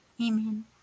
amen